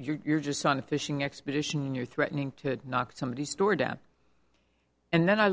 you're just on a fishing expedition and you're threatening to knock somebody store down and then i